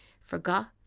Forgot